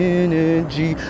energy